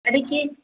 ಅಡಿಕೆ